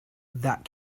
that